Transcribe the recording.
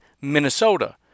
Minnesota